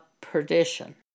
perdition